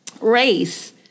race